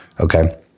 Okay